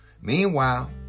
Meanwhile